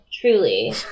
truly